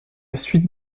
suite